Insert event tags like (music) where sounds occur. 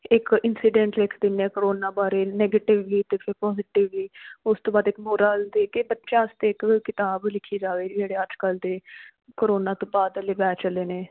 ਇਕ ਇੰਸੀਡੈਂਟ ਦਿੰਦੇ ਹਾਂ ਕਰੋਨਾ ਬਾਰੇ ਨੈਗੇਟਿਵ ਵੀ ਫਿਰ ਪੋਜ਼ੀਟਿਵ ਵੀ ਉਸ ਤੋਂ ਬਾਅਦ ਇੱਕ ਮੋਰਾਲ ਦੇ ਕੇ ਬੱਚਿਆਂ ਵਾਸਤੇ ਕਿਤਾਬ ਲਿਖੀ ਜਾਵੇ ਜਿਹੜੇ ਅੱਜ ਕੱਲ੍ਹ ਦੇ ਕਰੋਨਾ ਤੋਂ ਬਾਅਦ ਵਾਲੇ (unintelligible) ਚੱਲੇ ਨੇ